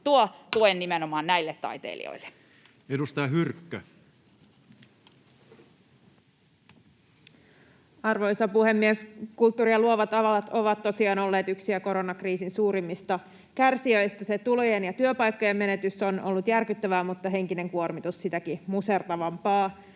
vihr) Time: 16:46 Content: Arvoisa puhemies! Kulttuuri ja luovat alat ovat tosiaan olleet yksiä koronakriisin suurimmista kärsijöistä. Se tulojen ja työpaikkojen menetys on ollut järkyttävää mutta henkinen kuormitus sitäkin musertavampaa.